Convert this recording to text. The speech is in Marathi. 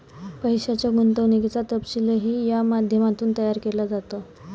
पैशाच्या गुंतवणुकीचा तपशीलही या माध्यमातून तयार केला जातो